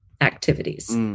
activities